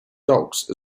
dogs